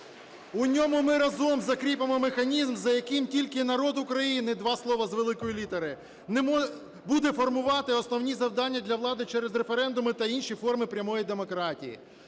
У ньому ми разом закріпимо механізм, за яким тільки Народ України (два слова з великої літери) буде формувати основні завдання для влади через референдуми та інші форми прямої демократії".